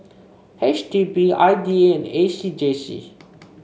H D B I D A and A C J C